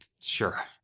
Sure